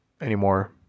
anymore